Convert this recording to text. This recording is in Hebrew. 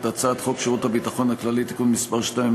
הצעת חוק שירות הביטחון הכללי (תיקון מס' 2),